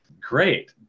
great